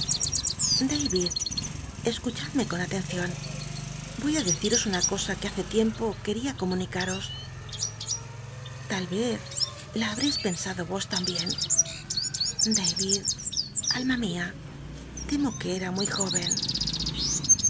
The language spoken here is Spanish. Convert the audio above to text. me con atcncion voy á deciros una cosa que hace mu cho tiempo queria comunicaros tal vez la habreis pensado r os tambien dnvid alma mia temo qnc era muy jóven